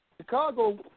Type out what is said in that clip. Chicago